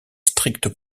stricts